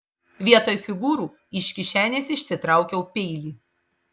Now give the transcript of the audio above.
vietoj figūrų iš kišenės išsitraukiau peilį